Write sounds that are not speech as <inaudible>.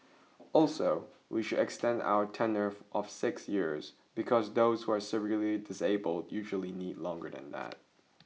also we should extend our tenure <noise> of six years because those who are severely disabled usually need longer than that